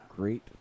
Great